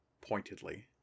pointedly